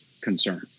concern